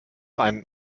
einen